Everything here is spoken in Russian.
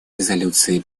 резолюций